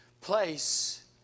place